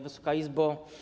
Wysoka Izbo!